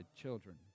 children